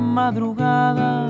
madrugada